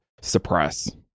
suppress